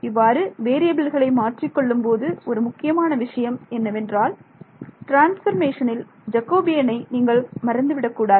இவ்வாறு வேறியபில்களை மாற்றிக் கொள்ளும் பொழுது ஒரு முக்கியமான விஷயம் என்னவென்றால் ட்ரான்ஸ்ஃபர்மேஷனில் ஜெகோபியனை நீங்கள் மறந்து விடக்கூடாது